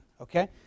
Okay